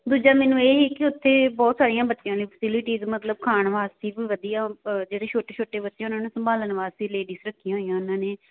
ਦੂਜਾ ਮੈਨੂੰ ਇਹ ਸੀ ਕਿ ਉੱਥੇ ਬਹੁਤ ਸਾਰੀਆਂ ਬੱਚਿਆਂ ਨੇ ਫੈਸਿਲਿਟੀਜ਼ ਮਤਲਬ ਖਾਣ ਵਾਸਤੇ ਵੀ ਵਧੀਆ ਜਿਹੜੇ ਛੋਟੇ ਛੋਟੇ ਬੱਚੇ ਆ ਉਹਨਾਂ ਨੂੰ ਸੰਭਾਲਣ ਵਾਸਤੇ ਲੇਡੀਸ ਰੱਖੀਆਂ ਹੋਈਆਂ ਉਹਨਾਂ ਨੇ